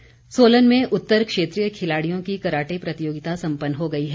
karate Solan में उत्तर क्षेत्रीय खिलाड़ियों की कराटे प्रतियोगिता संपन्न हो गई है